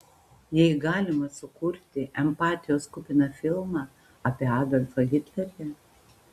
jei galima sukurti empatijos kupiną filmą apie adolfą hitlerį